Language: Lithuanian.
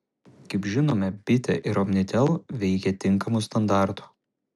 kaip žinome bitė ir omnitel veikia tinkamu standartu